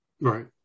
Right